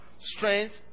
Strength